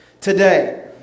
today